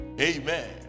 Amen